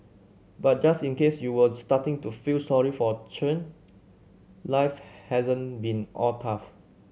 but just in case you were starting to feel sorry for Chen life hasn't been all tough